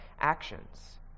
actions